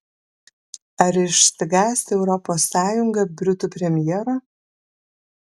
ar išsigąs europos sąjunga britų premjero